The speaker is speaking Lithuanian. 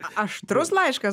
aštrus laiškas